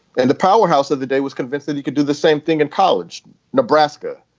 and the powerhouse of the day was convinced that he could do the same thing in college nebraska.